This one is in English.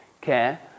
care